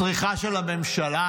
הצריכה של הממשלה,